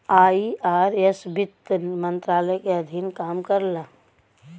IRS वित्त मंत्रालय के अधीन काम करला